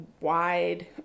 wide